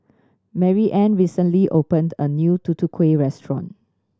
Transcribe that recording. Maryann recently opened a new Tutu Kueh restaurant